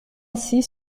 six